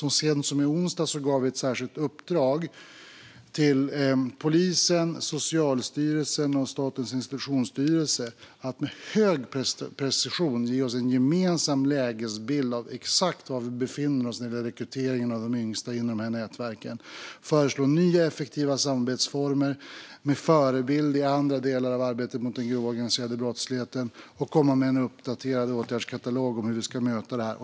Så sent som i onsdags gav vi ett särskilt uppdrag till polisen, Socialstyrelsen och Statens institutionsstyrelse att med hög precision ge oss en gemensam lägesbild av exakt var vi befinner oss när det gäller frågan om rekryteringen av de yngsta i nätverken. Man ska föreslå nya effektiva samarbetsformer med förebild i andra delar av arbetet mot den grova organiserade brottsligheten och komma med en uppdaterad åtgärdskatalog när det gäller hur vi ska möta detta.